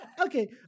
Okay